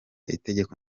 itegeko